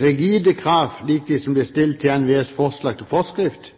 Rigide krav lik dem som blir stilt i NVEs forslag til forskrift,